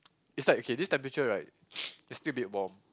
it's like okay this temperature right is still a bit warm